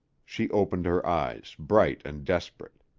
she opened her eyes, bright and desperate.